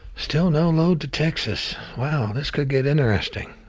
still no load to texas. well this could get interesting,